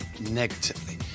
negatively